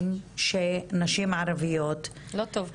שהעניין קשור אליהם החליטו לא להגיע לדיון היום,